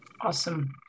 Awesome